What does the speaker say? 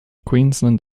queensland